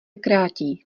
krátí